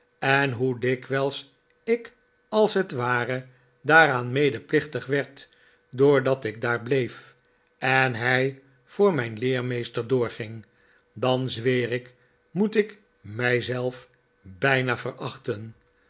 en hoe dikwijls ik als het ware daaraan medeplichtig werd doordat ik daar bleef en hij voor mijn leermeester doorging dan zweer ik moet ik mij zelf bijna verachten